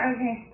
Okay